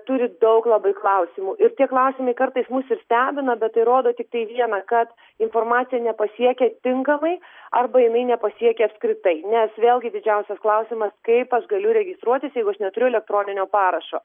turi daug labai klausimų ir tie klausimai kartais mus ir stebina bet tai rodo tiktai viena kad informacija nepasiekia tinkamai arba jinai nepasiekia apskritai nes vėlgi didžiausias klausimas kaip aš galiu registruotis jeigu aš neturiu elektroninio parašo